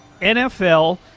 NFL